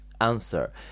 answer